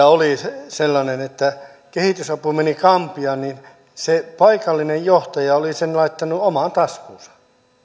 oli sellaista että kun kehitysapu meni gambiaan niin paikallinen johtaja oli sen laittanut omaan taskuunsa